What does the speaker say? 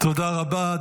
תודה רבה.